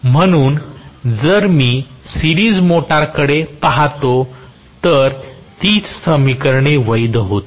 म्हणून जर मी सिरीज मोटरकडे पहातो तर तीच समीकरणे वैध होतील